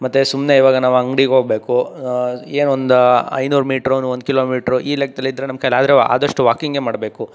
ಮತ್ತೆ ಸುಮ್ಮನೆ ಇವಾಗ ನಾವು ಅಂಗಡಿಗೆ ಹೋಗಬೇಕು ಏನು ಒಂದು ಐನೂರು ಮೀಟರ್ ಒಂದು ಒಂದು ಕಿಲೋಮೀಟರ್ ಈ ಲೆಕ್ಕದಲ್ಲಿದ್ದರೆ ನಮ್ಮ ಕೈಯಲ್ಲಿ ಆದರೆ ಆದಷ್ಟು ವಾಕಿಂಗೆ ಮಾಡಬೇಕು